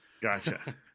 Gotcha